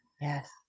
Yes